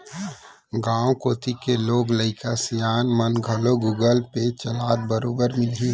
गॉंव कोती के लोग लइका सियान मन घलौ गुगल पे चलात बरोबर मिलहीं